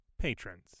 patrons